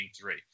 three